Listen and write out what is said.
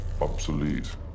Obsolete